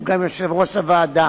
שהוא גם יושב-ראש הוועדה.